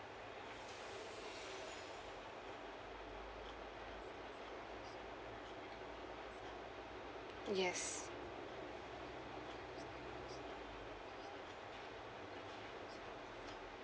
yes